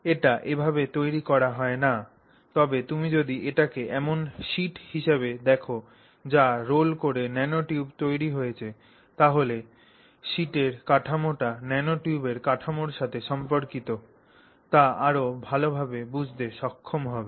এটি এভাবে তৈরি করা হয় না তবে তুমি যদি এটাকে এমন শিট হিসাবে দেখ যা রোল করে ন্যানোটিউব তৈরি হয়েছে তাহলে কীভাবে শীটের কাঠামোটি ন্যানোটিউবের কাঠামোর সাথে সম্পর্কিত তা আরও ভালভাবে বুঝতে সক্ষম হবে